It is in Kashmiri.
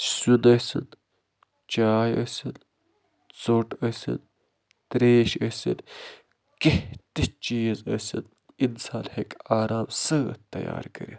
سیُن ٲسِن چاے ٲسِن ژوٚٹ ٲسِن تریش ٲسِن کیٚنہہ تہِ چیٖز ٲسِن اِنسان ہٮ۪کہِ آرام سۭتۍ تیار کٔرِتھ